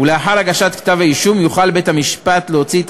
ולאחר הגשת כתב-האישום יוכל בית-המשפט להוציא את